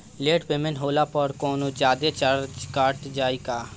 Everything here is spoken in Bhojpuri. लेट पेमेंट होला पर कौनोजादे चार्ज कट जायी का?